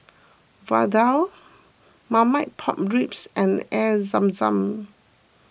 Vadai Marmite Pork Ribs and Air Zam Zam